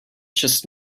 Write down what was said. just